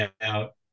out